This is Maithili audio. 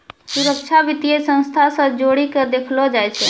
सुरक्षा वित्तीय संस्था से जोड़ी के देखलो जाय छै